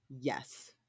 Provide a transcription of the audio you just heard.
Yes